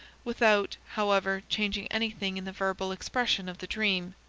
without, however, changing anything in the verbal expression of the dream.